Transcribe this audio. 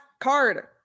card